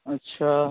अच्छा